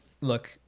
look